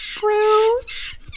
Bruce